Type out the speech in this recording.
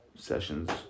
Sessions